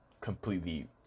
completely